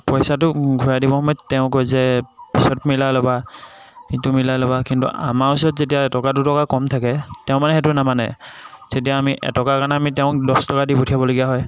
পইচাটো ঘূৰাই দিবৰ সময়ত তেওঁ কয় যে পিছত মিলাই লবা সিটো মিলাই লবা কিন্তু আমাৰ ওচৰত যেতিয়া এটকা দুটকা কম থাকে তেওঁ মানে সেইটো নামানে তেতিয়া আমি এটকাৰ কাৰণে আমি তেওঁক দহটকা দি পঠিয়াব লগা হয়